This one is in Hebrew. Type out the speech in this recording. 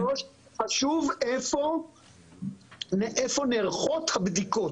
רגע, שוב, איפה נערכות הבדיקות?